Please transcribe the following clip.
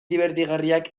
dibertigarriak